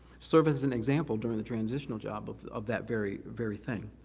serve as an example during the transitional job of of that very very thing.